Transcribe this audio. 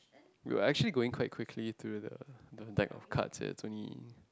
we are actually going quite quickly through the the decks of cards eh it's only